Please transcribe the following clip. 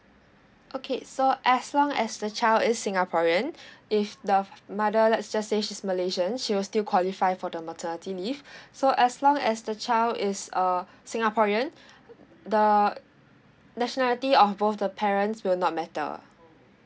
okay so as long as the child is singaporean if the mother let's just say she's malaysian she will still qualify for the maternity leave so as long as the child is a singaporean the nationality of both the parents will not matter